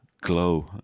glow